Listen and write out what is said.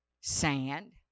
sand